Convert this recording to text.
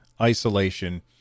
Isolation